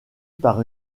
par